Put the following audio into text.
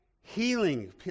healing